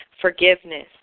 forgiveness